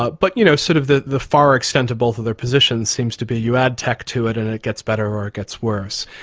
but but you know sort of the the far extent of both of their positions seems to be you add tech to it and it it gets better or it gets worse.